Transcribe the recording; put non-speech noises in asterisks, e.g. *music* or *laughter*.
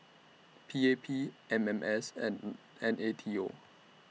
P A P M M S and *noise* N A T O